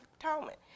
atonement